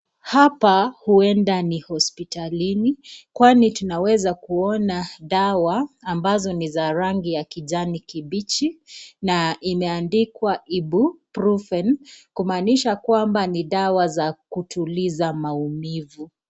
Hapa huenda ni hospitalini kwani tunaweza kuona dawa ambazo ni za rangi ya kijani kibichi na imeandikwa Ibuprofen kumaanisha kwamba ni dawa za kutuliza maumivu.